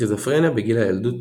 סכיזופרניה בגיל הילדות,